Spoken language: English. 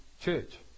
church